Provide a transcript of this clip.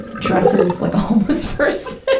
dresses like a homeless person.